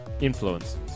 influence